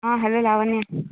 hello Lavanya